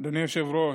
אדוני היושב-ראש,